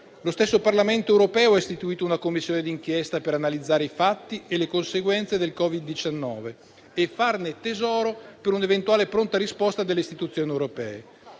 lo stesso Parlamento europeo ha istituito una Commissione d'inchiesta per analizzare i fatti e le conseguenze del Covid-19 e farne tesoro per un'eventuale pronta risposta delle istituzioni europee.